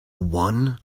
one